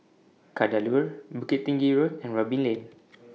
Kadaloor Bukit Tinggi Road and Robin Lane